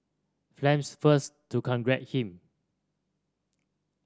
Phelps first to congratulate him